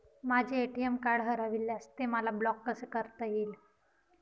माझे ATM card हरविल्यास ते मला ब्लॉक कसे करता येईल?